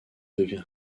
devient